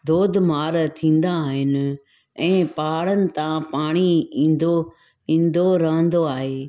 दोधमार थींदा आहिनि ऐं पहाड़ियुनि तां पाणी ईंदो रहंदो आहे